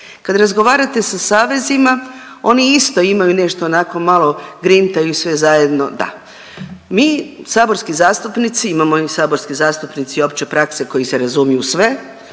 Kad razgovarate sa savezima oni isto imaju nešto onako malo grintaju svi zajedno, da. Mi saborski zastupnici imamo i saborski zastupnici opće prakse koji se razumiju u sve,